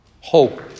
hope